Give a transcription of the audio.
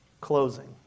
Closing